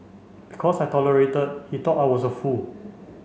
because I tolerated he thought I was a fool